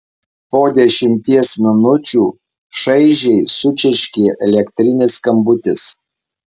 po dešimties minučių šaižiai sučirškė elektrinis skambutis